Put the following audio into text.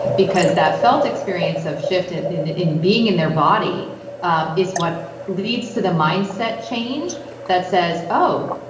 because that felt experience of shifting in in being in their body um is what leads to the mindset change that says, oh,